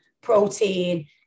protein